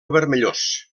vermellós